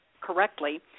correctly